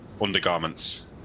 undergarments